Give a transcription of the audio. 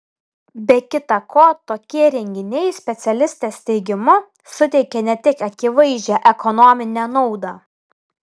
be kita ko tokie renginiai specialistės teigimu suteikia ne tik akivaizdžią ekonominę naudą